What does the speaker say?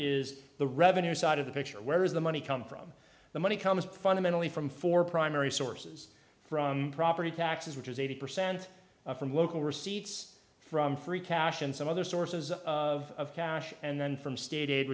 is the revenue side of the picture where is the money come from the money comes from fundamentally from four primary sources from property taxes which is eighty percent from local receipts from free cash and some other sources of cash and then from stated